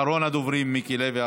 אחרון הדוברים, מיקי לוי.